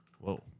Whoa